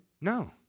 No